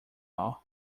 all